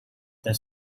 their